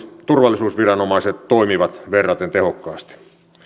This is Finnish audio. turvallisuusviranomaiset toimivat verraten tehokkaasti